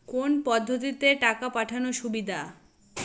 কোন পদ্ধতিতে টাকা পাঠানো সুবিধা?